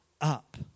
up